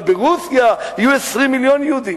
אבל ברוסיה יהיו 20 מיליון יהודים.